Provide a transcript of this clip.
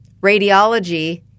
radiology